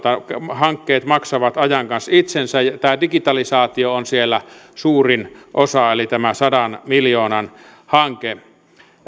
hankkeet maksavat ajan kanssa itsensä ja tämä digitalisaatio on siellä suurin osa eli tämä sadan miljoonan hanke